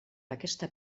aquesta